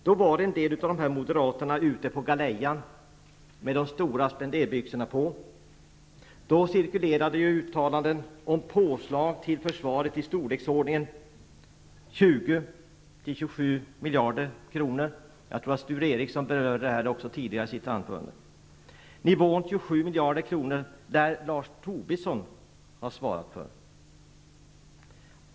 Då var en del av Moderaterna ute på galejan med de stora spenderbyxorna på, och då cirkulerade uttalanden om påslag till försvaret i storleksordningen 20--27 miljarder kronor. Sture Ericson berörde också detta tidigare i sitt anförande. Nivån 27 miljarder kronor lär Lars Tobisson ha svarat för.